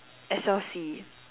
S_L_C